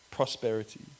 Prosperity